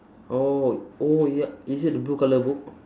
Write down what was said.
orh oh ya is it the blue colour book